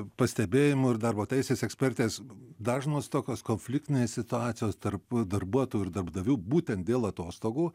pastebėjimų ir darbo teisės ekspertės dažnos tokios konfliktinės situacijos tarp darbuotojų ir darbdavių būtent dėl atostogų